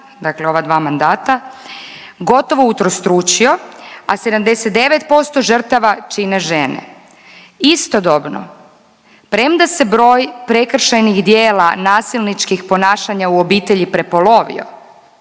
dakle ova dva mandata, gotovo utrostručio, a 79% žrtava čine žene. Istodobno premda se broj prekršajnih djela nasilničkih ponašanja u obitelji prepolovio